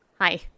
Hi